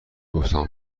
بیفتم